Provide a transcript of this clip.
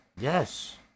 Yes